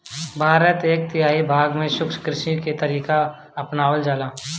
भारत के एक तिहाई भाग में शुष्क कृषि के तरीका अपनावल जाला